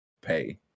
pay